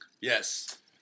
Yes